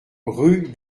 rue